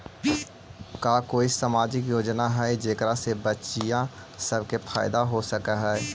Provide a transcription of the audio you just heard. का कोई सामाजिक योजना हई जेकरा से बच्चियाँ सब के फायदा हो सक हई?